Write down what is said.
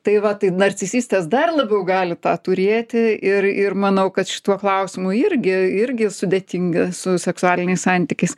tai va tai narcisistės dar labiau galit tą turėti ir ir manau kad šituo klausimu irgi irgi sudėtinga su seksualiniais santykiais